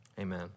Amen